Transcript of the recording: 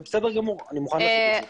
זה בסדר גמור ואני מוכן לעשות את זה.